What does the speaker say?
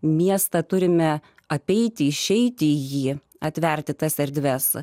miestą turime apeiti išeiti į jį atverti tas erdves